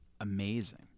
amazing